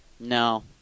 No